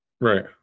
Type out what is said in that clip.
Right